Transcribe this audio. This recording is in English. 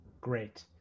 Great